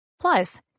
Plus